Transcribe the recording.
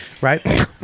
right